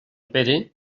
pere